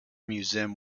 museum